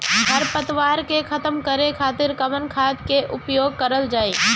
खर पतवार के खतम करे खातिर कवन खाद के उपयोग करल जाई?